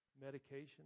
medication